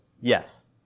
Yes